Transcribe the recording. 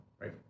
right